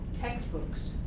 textbooks